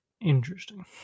interesting